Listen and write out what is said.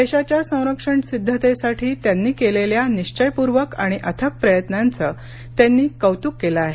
देशाच्या संरक्षण सिद्धतेसाठी त्यांनी केलेल्या निश्चयपूर्वक आणि अथक प्रयत्नांचं त्यांनी कौतुक केलं आहे